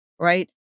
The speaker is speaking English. Right